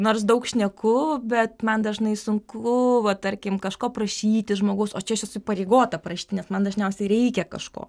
nors daug šneku bet man dažnai sunku va tarkim kažko prašyti žmogaus o čia aš esu įpareigota prašyti nes man dažniausiai reikia kažko